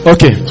Okay